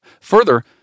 Further